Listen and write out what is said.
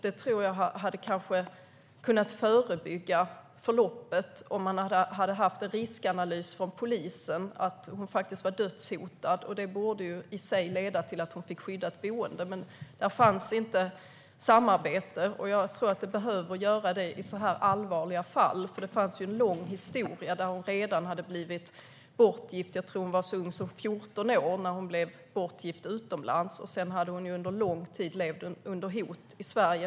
Jag tror att förloppet kanske hade kunnat förebyggas om man hade haft en riskanalys från polisen. Hon var faktiskt dödshotad. Det borde i sig ha lett till att hon fick skyddat boende. Men det fanns inte samarbete. Jag tror att det behöver finnas i så här allvarliga fall. Det fanns en lång historia. Hon hade redan blivit bortgift. Jag tror att hon var så ung som 14 år när hon blev bortgift utomlands. Efter det hade hon under lång tid levt under hot i Sverige.